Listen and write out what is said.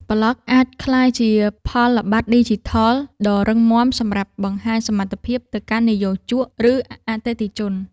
ប្លក់អាចក្លាយជាផលប័ត្រឌីជីថល ដ៏រឹងមាំសម្រាប់បង្ហាញសមត្ថភាពទៅកាន់និយោជក ឬអតិថិជន។